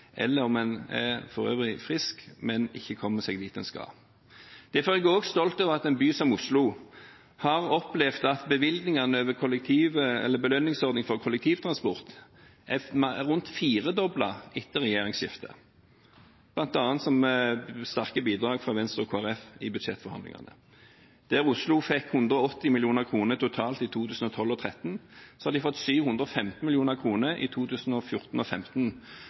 eller om en for øvrig er frisk, men ikke kommer seg dit en skal. Derfor er jeg også stolt over at en by som Oslo har opplevd at bevilgningene til belønningsordningen for kollektivtransport er rundt firedoblet etter regjeringsskiftet, bl.a. med sterke bidrag fra Venstre og Kristelig Folkeparti i budsjettforhandlingene. Der Oslo fikk 180 mill. kr totalt i 2012 og 2013, har de fått 715 mill. kr i 2014 og